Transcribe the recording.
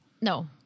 No